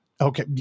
Okay